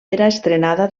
estrenada